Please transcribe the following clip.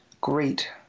great